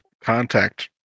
contact